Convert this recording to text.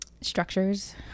structures